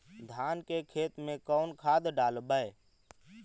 धान के खेत में कौन खाद डालबै?